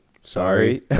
Sorry